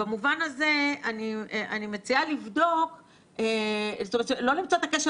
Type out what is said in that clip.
במובן הזה אני מציעה לא למצוא את הקשר